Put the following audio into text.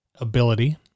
ability